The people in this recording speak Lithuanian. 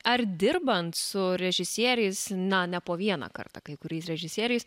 ar dirbant su režisieriais na ne po vieną kartą kai kuriais režisieriais